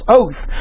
oath